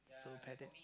so like that